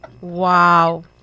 Wow